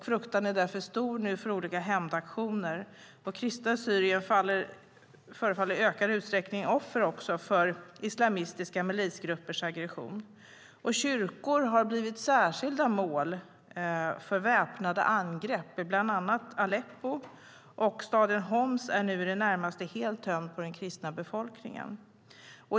Fruktan för olika hämndaktioner är därför stor, och kristna i Syrien faller i ökad utsträckning offer för islamistiska milisgruppers aggression. Kyrkor har blivit särskilda mål för väpnade angrepp i bland annat Aleppo, och staden Homs är nu i det närmaste helt tömd på den kristna befolkningen.